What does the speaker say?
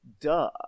duh